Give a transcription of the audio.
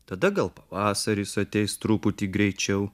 tada gal pavasaris ateis truputį greičiau